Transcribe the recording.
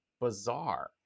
bizarre